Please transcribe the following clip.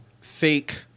fake